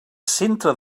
centre